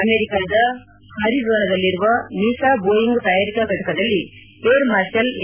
ಅಮೆರಿಕದ ಹರಿಝೋನದಲ್ಲಿರುವ Mesa Boeing ತಯಾರಿಕಾ ಫಟಕದಲ್ಲಿ ಏರ್ ಮಾರ್ಷಲ್ ಎ